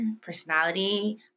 personality